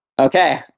Okay